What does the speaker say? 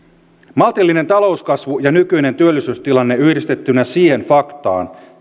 maltillinen talouskasvu ja nykyinen työllisyystilanne yhdistettyinä siihen faktaan